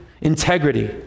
integrity